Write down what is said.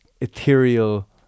ethereal